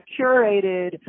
curated